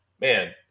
man